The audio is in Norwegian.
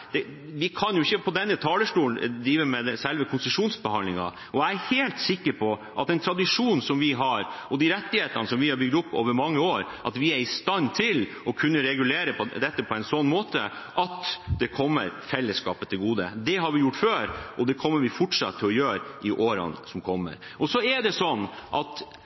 Vi kan jo ikke fra denne talerstolen drive med selve konsesjonsbehandlingen. Jeg er helt sikker på at med den tradisjonen som vi har, og de rettighetene som vi har bygd opp over mange år, er vi i stand til å kunne regulere dette på en sånn måte at det kommer fellesskapet til gode. Det har vi gjort før, og det kommer vi fortsatt til å gjøre i årene som kommer. Sånn som verden ser ut i dag, vil det